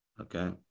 Okay